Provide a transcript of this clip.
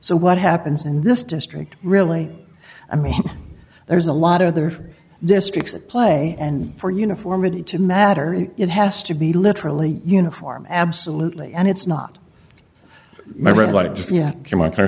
so what happens in this district really i mean there's a lot of other districts at play and for uniformity to matter it has to be literally uniform absolutely and it's not my red light just yet to my c